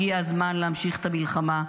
הגיע הזמן להמשיך את המלחמה,